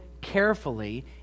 carefully